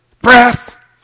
breath